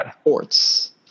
Sports